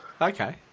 Okay